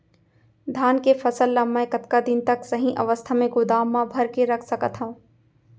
धान के फसल ला मै कतका दिन तक सही अवस्था में गोदाम मा भर के रख सकत हव?